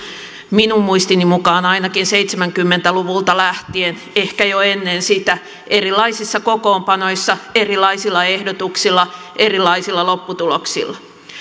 minun muistini mukaan ainakin seitsemänkymmentä luvulta lähtien ehkä jo ennen sitä erilaisissa kokoonpanoissa erilaisilla ehdotuksilla erilaisilla lopputuloksilla